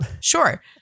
Sure